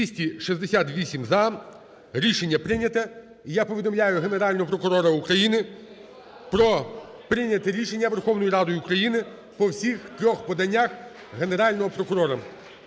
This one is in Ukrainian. За-268 Рішення прийняте. І я повідомляю Генерального прокурора України про прийняте рішення Верховною Радою України по всіх трьох поданнях Генерального прокурора.